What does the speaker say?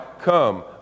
come